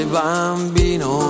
bambino